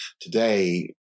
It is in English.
Today